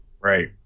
Right